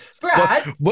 Brad